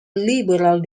liberal